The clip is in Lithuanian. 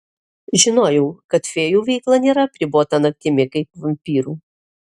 žinojau kad fėjų veikla nėra apribota naktimi kaip vampyrų